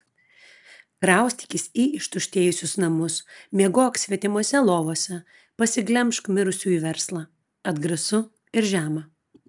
kraustykis į ištuštėjusius namus miegok svetimose lovose pasiglemžk mirusiųjų verslą atgrasu ir žema